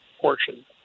portion